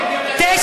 דווקא היום,